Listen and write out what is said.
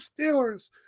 Steelers